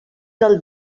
del